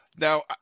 Now